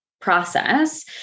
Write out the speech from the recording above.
process